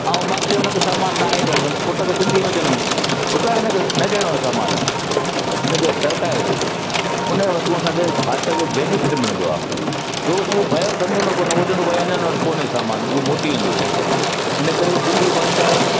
ऐं मूंखे उन खे सामान न आहे ॾियण त मूं पुट खे सिंधी में चहिंदमि पुट हिन खे न ॾियणो आहे सामान हिन खे टरकाएसि हुन जो तूं असांखे भाषा जो बेनीफिट मिलंदो आहे छो उहो भयो सम्झंदो कोन हूं चवंदो भया हिननि वटि कोन्हे सामान उहो मोटी वेंदो हिन करे सिंधी भाषा